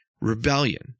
rebellion